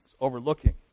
overlooking